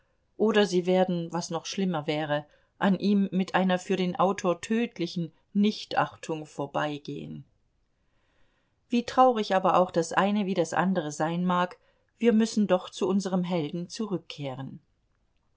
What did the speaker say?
oder sie werden was noch schlimmer wäre an ihm mit einer für den autor tödlichen nichtachtung vorbeigehen wie traurig aber auch das eine wie das andere sein mag wir müssen doch zu unserem helden zurückkehren